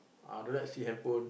ah don't let see handphone